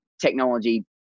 technology